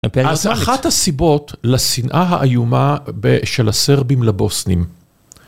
אז אחת הסיבות לשנאה האיומה של הסרבים לבוסנים.